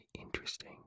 interesting